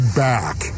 back